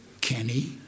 Kenny